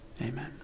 amen